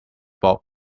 bulb